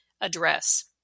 address